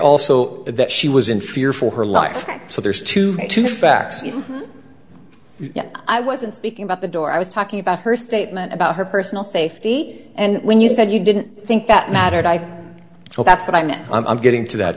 also that she was in fear for her life so there's two to fax you yes i wasn't speaking about the door i was talking about her statement about her personal safety and when you said you didn't think that mattered i well that's what i meant i'm getting to that